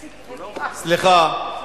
סליחה.